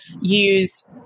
use